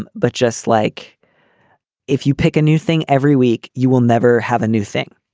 and but just like if you pick a new thing every week, you will never have a new thing.